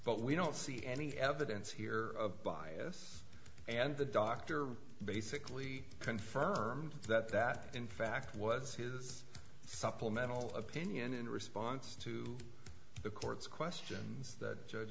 but we don't see any evidence here of bias and the doctor basically confirmed that that in fact was his supplemental of opinion in response to the court's questions that judge